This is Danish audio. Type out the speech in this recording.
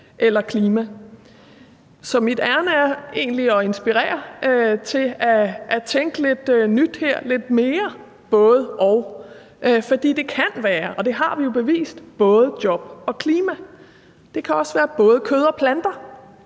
eller klima, så mit ærinde er egentlig at inspirere til at tænke lidt nyt her, lidt mere både-og, for det kan være, og det har vi jo bevist, både job og klima. Det kan også være både kød og planter